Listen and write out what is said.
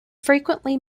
frequently